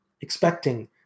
expecting